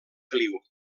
feliu